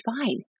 fine